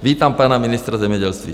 Vítám pana ministra zemědělství.